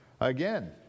again